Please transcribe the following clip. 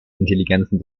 intelligenzen